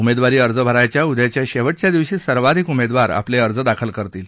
उमेदवारी अर्ज भरण्याच्या उद्याच्या शेवटच्या दिवशी सर्वाधिक उमेदवार आपले अर्ज दाखल करतील